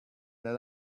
that